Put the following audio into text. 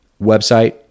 Website